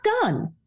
done